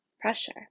pressure